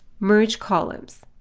merge columns.